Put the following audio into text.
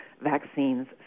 vaccines